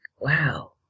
wow